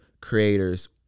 creators